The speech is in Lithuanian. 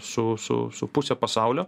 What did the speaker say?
su su su puse pasaulio